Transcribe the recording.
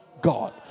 God